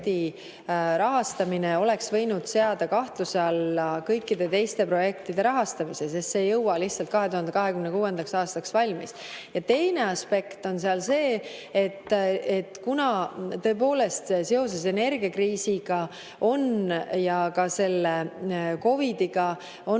rahastamine oleks võinud seada kahtluse alla kõikide teiste projektide rahastamise, sest see ei jõua lihtsalt 2026. aastaks valmis. Teine aspekt on seal see, et kuna tõepoolest seoses energiakriisiga ja ka COVID‑iga on